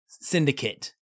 syndicate